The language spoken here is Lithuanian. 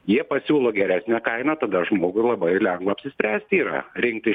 jie pasiūlo geresnę kainą tada žmogui labai lengva apsispręst yra rinktis